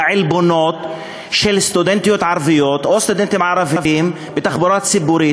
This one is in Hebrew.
להעלבות של סטודנטיות ערביות או סטודנטים ערבים בתחבורה ציבורית,